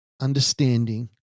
understanding